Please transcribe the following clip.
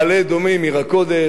מעלה-אדומים עיר הקודש,